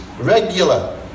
regular